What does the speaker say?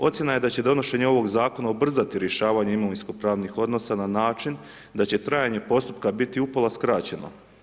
Ocjena je da će donošenje ovog zakona ubrzati rješavanje imovinsko-pravnih odnosa na način da će trajanje postupka biti upola skraćeno.